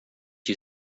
you